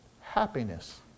happiness